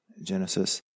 Genesis